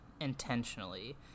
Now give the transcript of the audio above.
intentionally